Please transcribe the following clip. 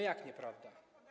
Jak nieprawda?